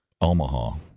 Omaha